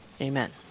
Amen